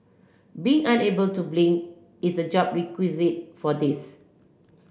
being unable to blink is a job requisite for this